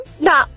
no